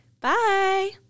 bye